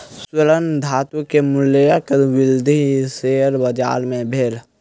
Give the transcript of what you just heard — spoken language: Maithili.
स्वर्ण धातु के मूल्यक वृद्धि शेयर बाजार मे भेल